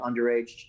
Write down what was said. underage